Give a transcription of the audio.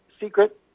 secret